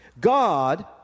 God